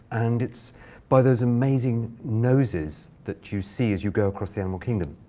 and it's by those amazing noses that you see as you go across the animal kingdom.